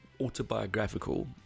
autobiographical